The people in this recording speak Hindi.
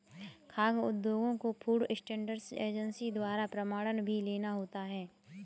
खाद्य उद्योगों को फूड स्टैंडर्ड एजेंसी द्वारा प्रमाणन भी लेना होता है